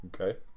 Okay